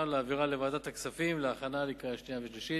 ולהעבירה לוועדת הכספים להכנה לקריאה שנייה ושלישית.